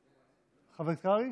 בבקשה.